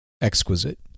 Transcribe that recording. exquisite